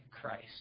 Christ